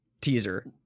teaser